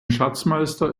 schatzmeister